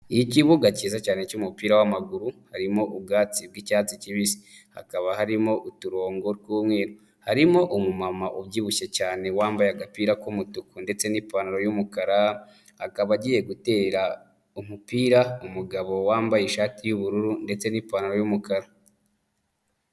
Ikibuga cyiza cyane cy'umupira w'amaguru, harimo ubwatsi bw'icyatsi kibisi, hakaba harimo uturongo tw'umweru. Harimo umumama ubyibushye cyane wambaye agapira k'umutuku ndetse n'ipantaro y'umukara, akaba agiye guterera umupira umugabo wambaye ishati y'ubururu ndetse n'ipantaro y'umukara.